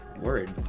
word